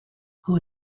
who